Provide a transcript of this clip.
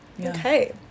Okay